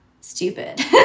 stupid